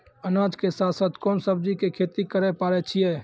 अनाज के साथ साथ कोंन सब्जी के खेती करे पारे छियै?